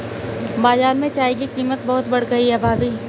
बाजार में चाय की कीमत बहुत बढ़ गई है भाभी